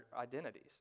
identities